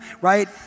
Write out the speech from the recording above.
right